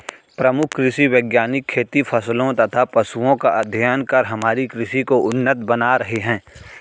प्रमुख कृषि वैज्ञानिक खेती फसलों तथा पशुओं का अध्ययन कर हमारी कृषि को उन्नत बना रहे हैं